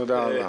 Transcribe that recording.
תודה רבה.